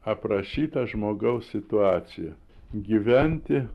aprašytą žmogaus situaciją gyventi